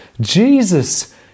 Jesus